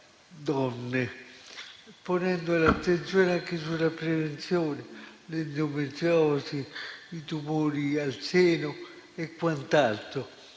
donne, ponendo l'attenzione anche sulla prevenzione: penso all'endometriosi, ai tumori al seno e a quant'altro.